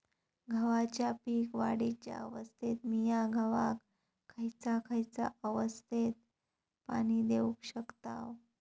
गव्हाच्या पीक वाढीच्या अवस्थेत मिया गव्हाक खैयचा खैयचा अवस्थेत पाणी देउक शकताव?